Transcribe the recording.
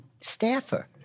staffer